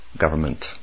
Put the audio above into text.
government